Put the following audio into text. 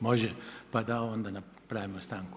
Može, pa da onda napravimo stanku.